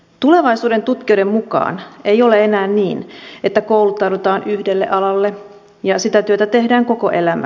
tulevaisuudentutkijoiden mukaan ei ole niin että kouluttaudutaan yhdelle alalle ja sitä työtä tehdään koko elämä